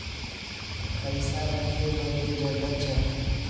पइसा रखे बदे जगह चाही